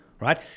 right